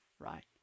Right